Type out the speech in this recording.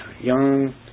young